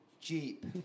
jeep